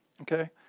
Okay